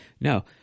No